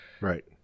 Right